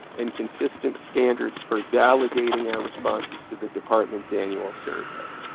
and consistent standards for validating our responses to the department's annual survey.